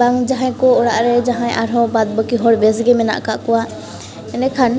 ᱵᱟᱝ ᱡᱟᱦᱟᱸᱭᱠᱚ ᱚᱲᱟᱜᱨᱮ ᱡᱟᱦᱟᱸᱭ ᱟᱨᱦᱚᱸ ᱵᱟᱫᱽᱵᱟᱹᱠᱤ ᱦᱚᱲ ᱵᱮᱥᱜᱮ ᱢᱮᱱᱟᱜ ᱟᱠᱟᱫ ᱠᱚᱣᱟ ᱮᱱᱰᱮᱠᱷᱟᱱ